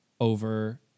over